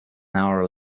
hour